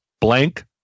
blank